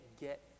get